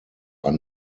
are